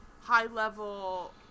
high-level